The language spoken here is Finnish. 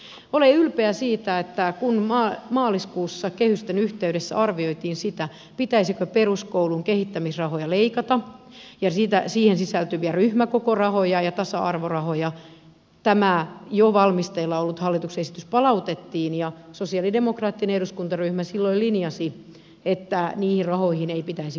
olen ylpeä siitä että kun maaliskuussa kehysten yhteydessä arvioitiin sitä pitäisikö peruskoulun kehittämisrahoja leikata ja siihen sisältyviä ryhmäkokorahoja ja tasa arvorahoja tämä jo valmisteilla ollut hallituksen esitys palautettiin ja sosialidemokraattinen eduskuntaryhmä silloin linjasi että niihin rahoihin ei pitäisi puuttua